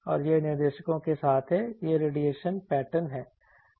और यह निर्देशकों के साथ है यह रेडिएशन पैटर्न है